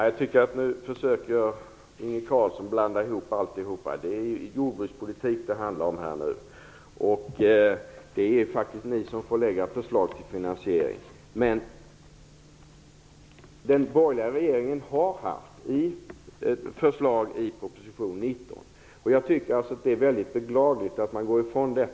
Fru talman! Nu försöker Inge Carlsson blanda ihop olika saker. Det handlar nu om jordbrukspolitik, och det är faktiskt ni som får lägga fram förslag till finansiering. Men den borgerliga regeringen har lagt fram förslag i sin proposition nr 19, och det är beklagligt att man avviker från dem.